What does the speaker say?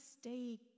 stay